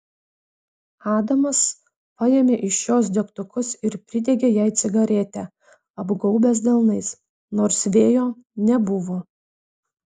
adamas paėmė iš jos degtukus ir pridegė jai cigaretę apgaubęs delnais nors vėjo nebuvo